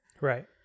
Right